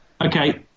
Okay